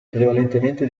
prevalentemente